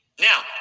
Now